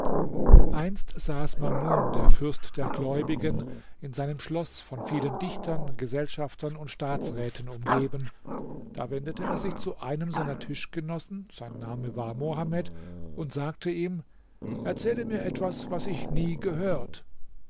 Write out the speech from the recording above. einst saß mamun der fürst der gläubigen in seinem schloß von vielen dichtern gesellschaftern und staatsräten umgeben da wendete er sich zu einem seiner tischgenossen sein name war mohamed und sagte ihm erzähle mir etwas was ich nie gehört